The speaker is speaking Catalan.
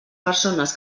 persones